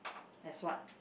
as what